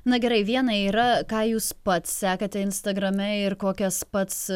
na gerai viena yra ką jūs pats sekate instagrame ir kokias pats